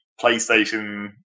PlayStation